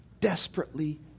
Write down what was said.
desperately